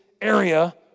area